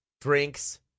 Drinks